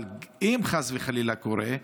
אבל אם חס וחלילה קורה,